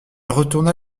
retourna